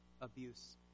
abuse